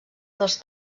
dels